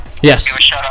Yes